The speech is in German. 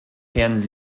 herrn